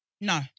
No